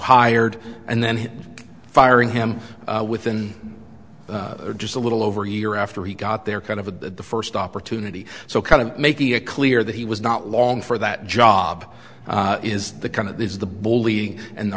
hired and then firing him within just a little over a year after he got there kind of a the first opportunity so kind of making it clear that he was not long for that job is the kind of this is the bullying and the